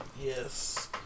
Yes